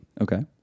Okay